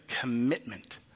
commitment